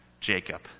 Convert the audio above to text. Jacob